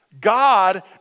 God